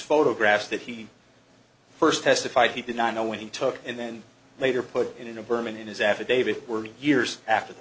photographs that he first testified he did not know when he took and then later put in a burman in his affidavit were years after